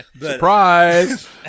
Surprise